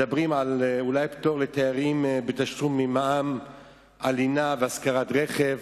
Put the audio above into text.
מדברים על הפטור לתיירים מתשלום מע"מ על לינה ושכירת רכב,